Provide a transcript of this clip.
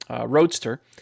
Roadster